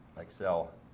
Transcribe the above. Excel